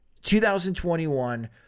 2021